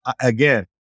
Again